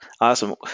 Awesome